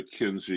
McKinsey